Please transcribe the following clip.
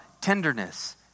tenderness